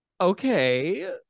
okay